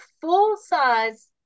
full-size